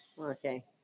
okay